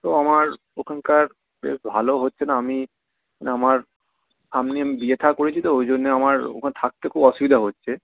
তো আমার ওখানকার বেশ ভালো হচ্ছে না আমি আমার আমি বিয়ে থা করেছি তো ওই জন্যে আমার ওখানে থাকতে খুব অসুবিধা হচ্ছে